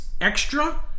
extra